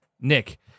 Nick